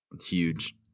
huge